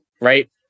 Right